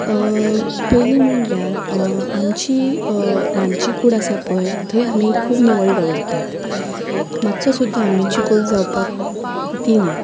पयलीं म्हणल्यार आमची रांदचीकूड आसा पळय थंय आमी खूब निवळ दवरतात मातसो सुद्दां आमी चिकोल जावपाक दिनात